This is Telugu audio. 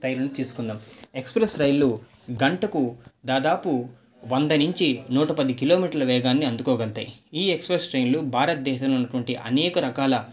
రైళ్లు తీసుకుందాం ఎక్స్ప్రెస్ రైలు గంటకు దాదాపు వంద నుంచి నూట పది కిలోమీటర్ల దూరాన్ని అందుకోగలుగుతాయి ఈ ఎక్స్ప్రెస్ ట్రైన్లు భారతదేశంలో ఉన్నటువంటి అనేక రకాల